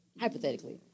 hypothetically